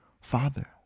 Father